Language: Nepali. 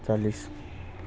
चालिस